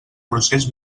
procés